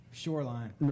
shoreline